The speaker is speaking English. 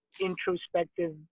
introspective